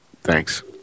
thanks